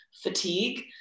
fatigue